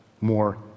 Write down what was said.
more